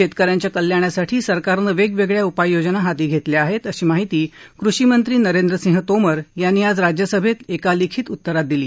शेतकऱ्यांच्या कल्याणासाठी सरकारनं वेगवेगळ्या उपाययोजना हाती घेतल्या आहेत अशी माहिती कृषिमंत्री नरेंद्रसिंह तोमर यांनी आज राज्यसभेत एका लिखीत उत्तरात दिली